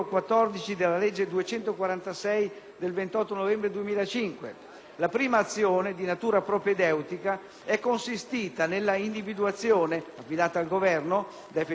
La prima azione, di natura propedeutica, è consistita nell'individuazione (affidata al Governo) da effettuarsi entro il 2007, delle disposizioni legislative statali in vigore.